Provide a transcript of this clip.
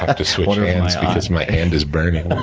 to switch hands, because my hand is burning.